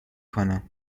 کنم